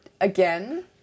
Again